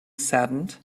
saddened